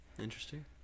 Interesting